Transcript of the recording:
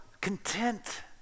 content